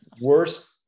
Worst